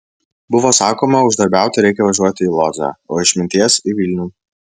buvo sakoma uždarbiauti reikia važiuoti į lodzę o išminties į vilnių